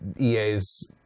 EA's